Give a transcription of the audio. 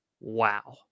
wow